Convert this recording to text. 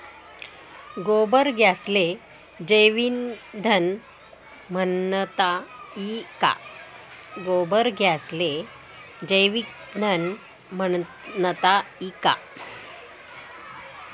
गोबर गॅसले जैवईंधन म्हनता ई का?